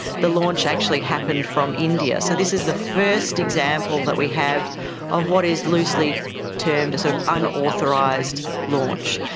the launch actually happened from india. so this is the first example that we have of what is loosely termed an sort of unauthorised launch.